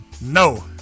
No